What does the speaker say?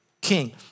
king